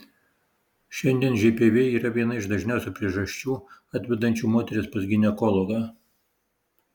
šiandien žpv yra viena iš dažniausių priežasčių atvedančių moteris pas ginekologą